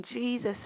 jesus